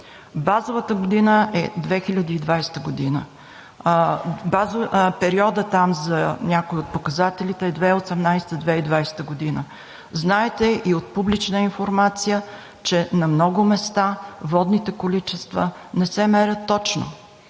Базовата година е 2020 г. Периодът за някои от показателите е 2018 – 2020 г. Знаете и от публична информация, че на много места водните количества не се мерят точно.